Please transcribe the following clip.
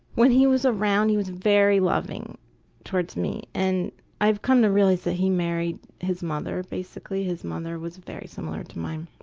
when he was around, he was very loving towards me and i've come to realize that he married his mother basically. his mother was very similar to mine.